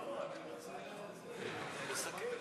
אני רוצה לסכם.